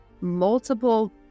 multiple